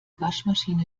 waschmaschine